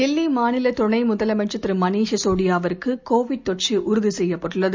தில்லி மாநில துணை முதலமைச்சர் திரு மனீஷ் சிசோடியாவிற்கு கோவிட் தொற்று உறுதி செய்யப்பட்டுள்ளது